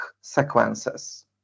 sequences